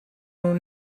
اون